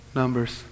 numbers